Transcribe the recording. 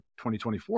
2024